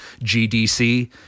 gdc